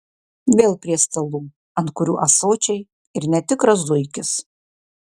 vėl prie stalų ant kurių ąsočiai ir netikras zuikis